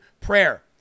prayer